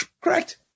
Correct